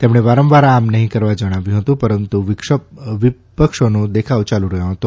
તેમણે વારંવાર આમ નહીં કરવા જણાવ્યું હતું પરંતુ વિપક્ષોનો દેખાવ ચાલુ રહ્યો હતો